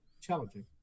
challenging